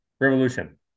Revolution